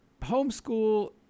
homeschool